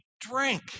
drink